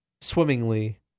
Swimmingly